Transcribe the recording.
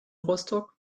rostock